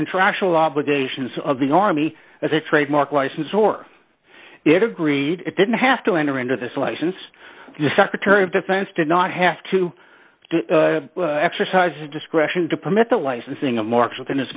contractual obligations of the army as a trademark license or it agreed it didn't have to enter into this license the secretary of defense did not have to exercise discretion to permit the licensing of marks within his